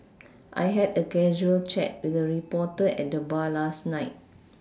I had a casual chat with a reporter at the bar last night